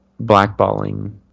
blackballing